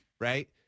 right